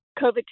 COVID